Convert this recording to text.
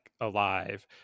alive